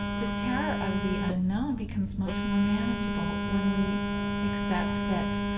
this terror of the unknown becomes much more manageable when we accept that,